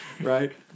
Right